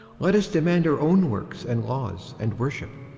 let us demand our own works and laws and worship.